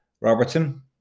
Robertson